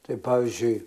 tai pavyzdžiui